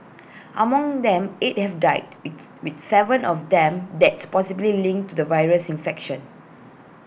among them eight have died with with Seven of them deaths possibly linked to the virus infection